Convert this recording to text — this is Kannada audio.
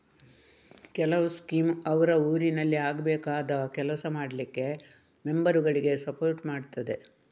ಕೆಲವು ಸ್ಕೀಮ್ ಅವ್ರ ಊರಿನಲ್ಲಿ ಆಗ್ಬೇಕಾದ ಕೆಲಸ ಮಾಡ್ಲಿಕ್ಕೆ ಮೆಂಬರುಗಳಿಗೆ ಸಪೋರ್ಟ್ ಮಾಡ್ತದೆ